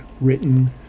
written